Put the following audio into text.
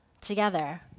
together